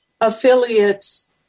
affiliates